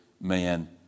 man